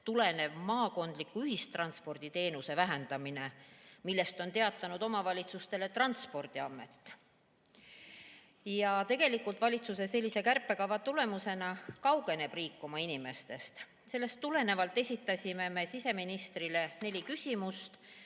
tulenev maakondliku ühistransporditeenuse vähendamine, millest on omavalitsustele teatanud Transpordiamet. Tegelikult valitsuse sellise kärpekava tulemusena kaugeneb riik oma inimestest. Sellest tulenevalt esitasime siseministrile neli küsimust.